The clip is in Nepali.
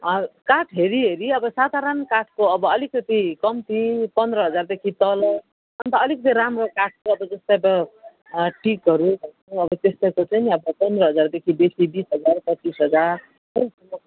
काठ हेरिहेरि अब साधारण काठको अब अलिकति कम्ती पन्ध्र हजारदेखि तल अन्त अलिक चाहिँ राम्रो काटको अब जस्तै अब टिकहरू अब त्यस्तोको चाहिँ नि अब पन्ध्र हजारदेखि बेसी बिस हजार पच्चिस हजार